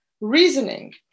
reasoning